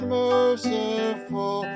merciful